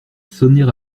sonner